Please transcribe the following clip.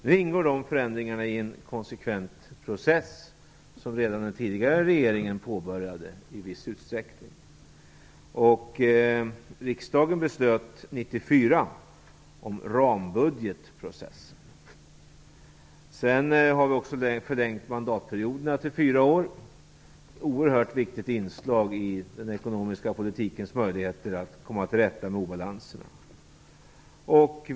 Nu ingår de förändringarna i en konsekvent process, som redan den tidigare regeringen i viss utsträckning påbörjade. Riksdagen beslöt 1994 om rambudgetprocessen. Sedan har vi också förlängt mandatperioderna till fyra år. Det är ett oerhört viktigt inslag i den ekonomiska politikens möjligheter att komma till rätta med obalanserna.